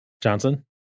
Johnson